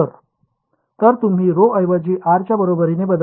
तर तुम्ही ρ ऐवजी R च्या बरोबरीने बदलले